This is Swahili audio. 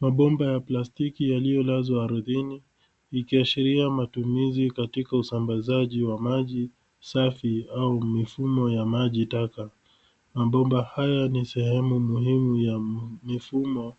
Mabomba ya plastiki yaliyolazwa ardhini ikiashiria matumizi katika usambazaji wa maji safi au mifumo ya maji taka. Mabomba haya ni sehemu muhimu ya mifumo,